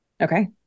Okay